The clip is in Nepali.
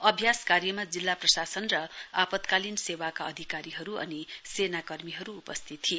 अभ्यास कार्यमा जिल्ला प्रशासन र आपतकालीन सेवाका अधिकारीहरु अनि सेना कर्मीहरु उपस्थित थिए